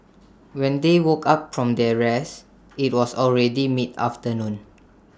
when they woke up from their rest IT was already mid afternoon